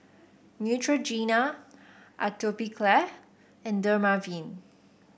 Neutrogena Atopiclair and Dermaveen